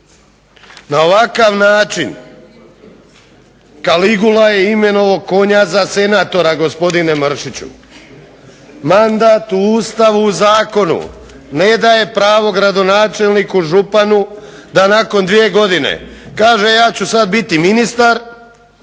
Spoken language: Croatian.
na ovakav način Kaligula je imenovao konja za senatora gospodine Mršiću. Mandat u Ustavu i Zakonu ne daje pravo gradonačelniku, županu da nakon dvije godine kaže ja ću sada biti ministar,